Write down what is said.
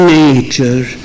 nature